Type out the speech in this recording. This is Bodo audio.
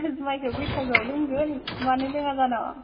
जुमायखौ बैसागुआव लोंगोन मानो लोङा जानो